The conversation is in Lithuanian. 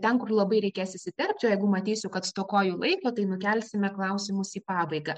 ten kur labai reikės įsiterpt čia jeigu matysiu kad stokoju laiko tai nukelsime klausimus į pabaigą